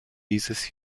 dieses